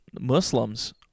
Muslims